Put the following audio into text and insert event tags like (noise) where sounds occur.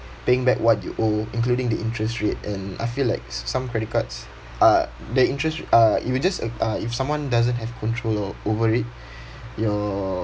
paying back what you owe including the interest rate and I feel like some credit cards uh their interest r~ uh it will just a~ uh if someone doesn't have control o~ over it (breath) your